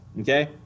Okay